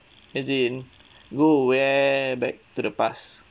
as in go where back to the past